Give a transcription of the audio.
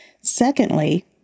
Secondly